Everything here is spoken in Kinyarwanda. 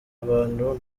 abantu